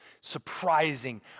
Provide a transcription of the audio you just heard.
Surprising